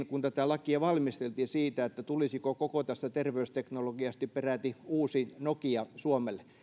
kun tätä lakia valmisteltiin puhuttiin siitä että tulisiko koko tästä terveysteknologiasta peräti uusi nokia suomelle